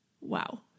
Wow